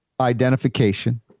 identification